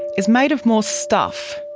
is made of more stuff,